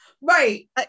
Right